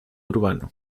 urbano